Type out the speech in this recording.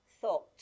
thought